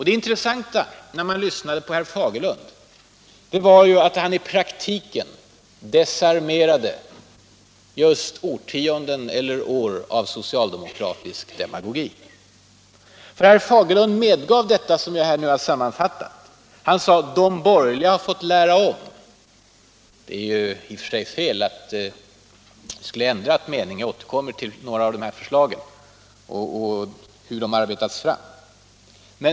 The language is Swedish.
Det intressanta i herr Fagerlunds anförande var att han i praktiken desarmerade år eller årtionden av socialdemokratisk demagogi. Herr Fagerlund medgav det som jag nu har sammanfattat. Han sade att de borgerliga har fått lära om. Det är i och för sig fel att vi skulle ha ändrat mening — jag återkommer till hur några av dessa förslag har arbetats fram.